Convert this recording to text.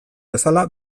bezala